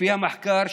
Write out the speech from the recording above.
לפי המחקר,